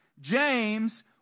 James